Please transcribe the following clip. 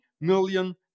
million